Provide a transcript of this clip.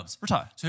Retire